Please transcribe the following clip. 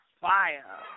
Fire